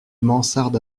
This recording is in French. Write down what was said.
mansarde